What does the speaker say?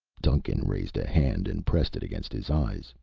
duncan raised a hand and pressed it against his eyes,